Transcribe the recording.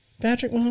Patrick